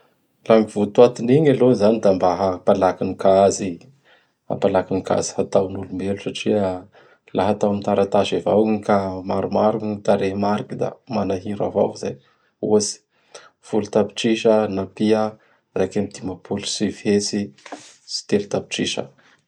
La gny votoanton'igny aloha da mba hampalaky n kajy. Hampalaky gn kajy ataon'olombelo satria laha atao am taratasy avao ign, ka maromaro gn tarehimariky; da manahira avao izay. Ohatsy: Folotapitrisa nampia raiky amby dimampolo sy sivihetsy sy telo tapitrisa.